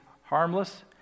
harmless